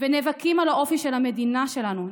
נאבקים על האופי של המדינה שלנו,